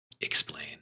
explain